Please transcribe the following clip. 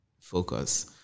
focus